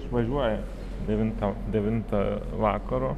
išvažiuoja devintą devintą vakaro